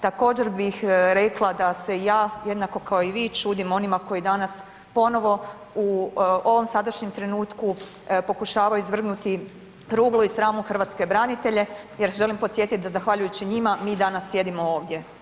Također bih rekla da se ja jednako kako i vi čudim onima koji danas ponovo u ovom sadašnjem trenutku pokušavaju izvrgnuti ruglu i sramu hrvatske branitelje jer želim podsjetit da zahvaljujući njima, mi danas jedimo ovdje.